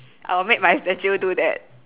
I will make my statue do that